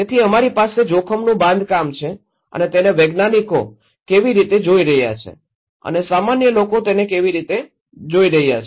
તેથી અમારી પાસે જોખમનું બાંધકામ છે અને તેને વૈજ્ઞાનિકો તેને કેવી રીતે જોઈ રહ્યા છે અને સામાન્ય લોકો તેને કેવી રીતે જોઈ રહ્યા છે